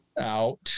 Out